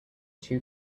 two